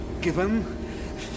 given